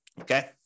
okay